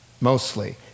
mostly